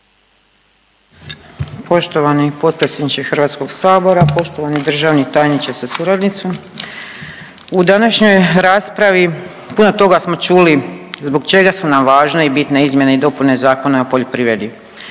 Poštovani potpredsjedniče Hrvatskog sabora, poštovani državni tajniče sa suradnicom u današnjoj raspravi puno toga smo čuli zbog čega su nam važne i bitne izmjene i dopune Zakona o poljoprivredi.